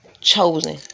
chosen